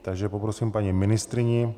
Takže poprosím paní ministryni.